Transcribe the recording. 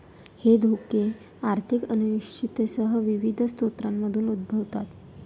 हे धोके आर्थिक अनिश्चिततेसह विविध स्रोतांमधून उद्भवतात